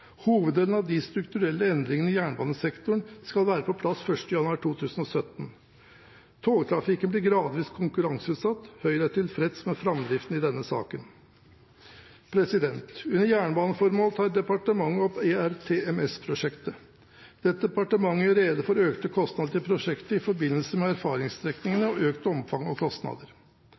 Hoveddelen av de strukturelle endringene i jernbanesektoren skal være på plass 1. januar 2017. Togtrafikken blir gradvis konkurranseutsatt. Høyre er tilfreds med framdriften i denne saken. Under jernbaneformål tar departementet opp ERTMS-prosjektet. Departementet gjør rede for økte kostnader i prosjektet i forbindelse med erfaringsstrekningene og økt omfang og andre kostnader.